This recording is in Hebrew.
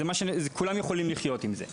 וכולם יכולים לחיות עם זה.